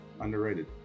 Underrated